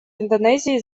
индонезии